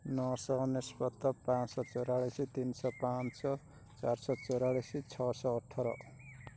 ନଅ ଶହ ଅନେଶତ ପାଞ୍ଚଶହ ଚଉରାଳିଶି ତିନି ଶହ ପାଞ୍ଚ ଚାରି ଶହ ଚଉରାଳିଶି ଛଅ ଶହ ଅଠର